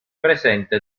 presente